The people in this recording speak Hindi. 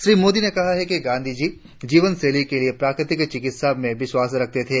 श्री मोदी ने कहा कि गांधी जी जीवन शैली के लिए प्राकृतिक चिकित्सा में विश्वास करते थे